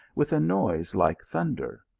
with a noise like thun der,